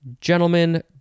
Gentlemen